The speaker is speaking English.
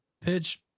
pitch